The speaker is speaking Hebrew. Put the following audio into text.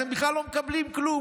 והם בכלל לא מקבלים כלום.